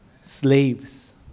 slaves